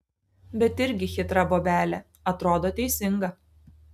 bet irgi chitra bobelė atrodo teisinga